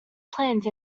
plans